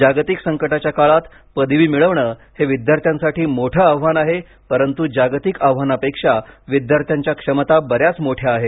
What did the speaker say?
जागतिक संकटाच्या काळात पदवी मिळवणे हे विद्यार्थ्यांसाठी मोठे आव्हान आहे परंतू जागतिक आव्हानांपेक्षा विद्यार्थ्यांची क्षमता बऱ्याच मोठ्या आहेत